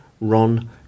Ron